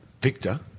Victor